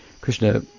Krishna